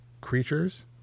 creatures